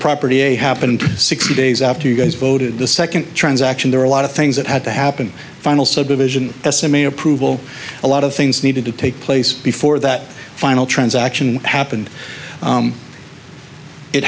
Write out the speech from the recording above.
property happened sixty days after you guys voted the second transaction there are a lot of things that had to happen final subdivision s m a approval a lot of things needed to take place before that final transaction happened